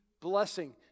blessing